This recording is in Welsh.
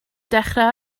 dechrau